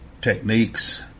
techniques